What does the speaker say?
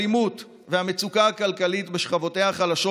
האלימות והמצוקה הכלכלית בשכבותיה החלשות